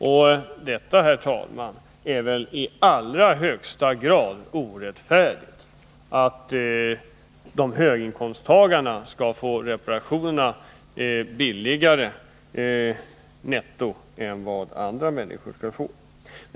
Och, herr talman, det är väli allra högsta grad orättfärdigt att höginkomsttagarna skall få reparationerna billigare netto än andra människor.